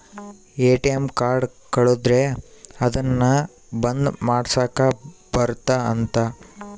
ATM card ಕಳುದ್ರೆ ಅದುನ್ನ ಬಂದ್ ಮಾಡ್ಸಕ್ ಬರುತ್ತ ಅಂತ